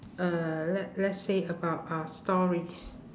uh let let's say about uh stories